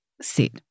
sit